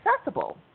accessible